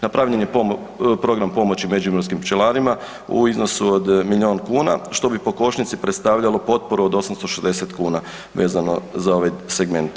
Napravljen je program pomoći međimurskim pčelarima u iznosu od milijuna kuna što bi po košnici predstavljalo potporu od 860 kuna vezano za ovaj segment.